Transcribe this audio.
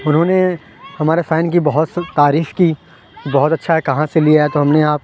انہوں نے ہمارے فین کی بہت سی تعریف کی بہت اچھا ہے کہاں سے لیا ہے تو ہم نے آپ